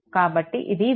కాబట్టి ఇది v1